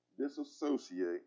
disassociate